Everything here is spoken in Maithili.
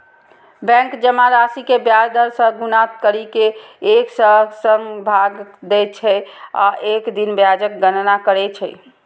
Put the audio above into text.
बैंक जमा राशि कें ब्याज दर सं गुना करि कें एक सय सं भाग दै छै आ एक दिन ब्याजक गणना करै छै